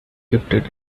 gifted